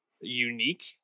unique